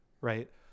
Right